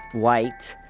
white,